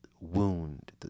wound